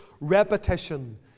repetition